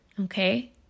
Okay